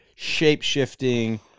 shape-shifting